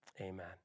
amen